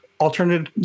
alternative